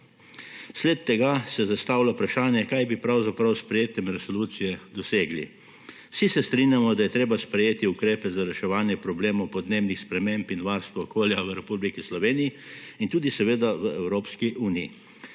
Zaradi tega se zastavlja vprašanje, kaj bi pravzaprav s sprejetjem resolucije dosegli. Vsi se strinjamo, da je treba sprejeti ukrepe za reševanje problemov podnebnih sprememb in varstva okolja v Republiki Sloveniji in tudi v Evropski uniji.